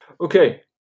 Okay